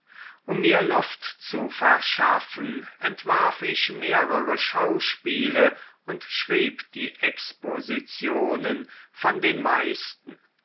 um mir luft zu verschaffen entwarf ich mehrere schauspiele und schrieb die expositionen von den meisten